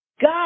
God